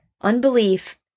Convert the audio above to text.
Unbelief